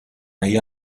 hija